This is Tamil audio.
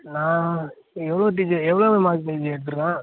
நான் இப்போ எவ்வளோ டீச்சர் எவ்வளோவ்ளோ மார்க் டீச்சர் எடுத்துருக்கான்